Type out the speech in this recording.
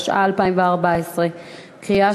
התשע"ה 2014. קריאה